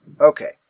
Okay